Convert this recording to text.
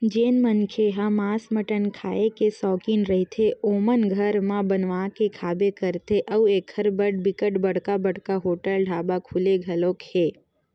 जेन मनखे ह मांस मटन खांए के सौकिन रहिथे ओमन घर म बनवा के खाबे करथे अउ एखर बर बिकट बड़का बड़का होटल ढ़ाबा खुले घलोक हे